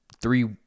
three